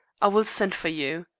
i will send for you.